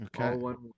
Okay